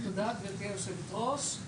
תודה, גברתי היושבת ראש.